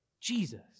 Jesus